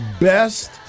best